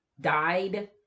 died